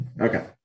Okay